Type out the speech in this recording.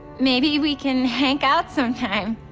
maybe we can hank out sometime?